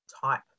type